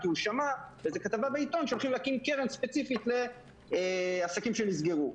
כי הוא שמע איזה כתבה בעיתון שהולכים להקים קרן ספציפית לעסקים שנסגרו,